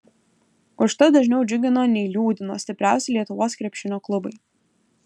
užtat dažniau džiugino nei liūdino stipriausi lietuvos krepšinio klubai